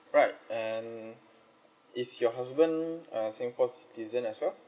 right and is your husband a singapore's citizen as well